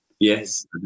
Yes